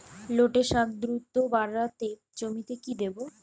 লটে শাখ দ্রুত বাড়াতে জমিতে কি দেবো?